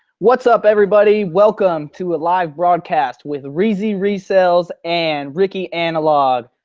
what's up everybody, welcome to a live broadcast with reezy resells and ricky analog.